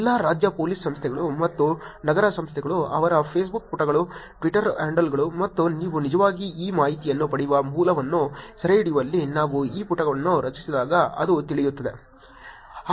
ಎಲ್ಲಾ ರಾಜ್ಯ ಪೊಲೀಸ್ ಸಂಸ್ಥೆಗಳು ಮತ್ತು ನಗರ ಸಂಸ್ಥೆಗಳು ಅವರ ಫೇಸ್ಬುಕ್ ಪುಟಗಳು ಟ್ವಿಟರ್ ಹ್ಯಾಂಡಲ್ಗಳು ಮತ್ತು ನಾವು ನಿಜವಾಗಿ ಈ ಮಾಹಿತಿಯನ್ನು ಪಡೆಯುವ ಮೂಲವನ್ನು ಸೆರೆಹಿಡಿಯುವಲ್ಲಿ ನಾವು ಈ ಪುಟವನ್ನು ರಚಿಸಿದಾಗ ಅದು ತಿಳಿಯುತ್ತದೆ